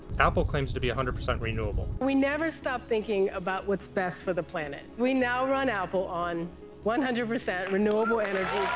apple claims to be one hundred percent renewable. we never stop thinking about what's best for the planet. we now run apple on one hundred percent renewable energy.